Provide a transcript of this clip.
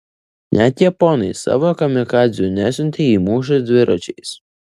net japonai savo kamikadzių nesiuntė į mūšį dviračiais